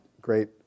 great